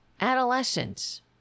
Adolescents